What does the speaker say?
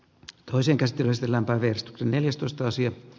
tuo synkästi luistellaan paris neljästoista sija